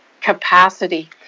capacity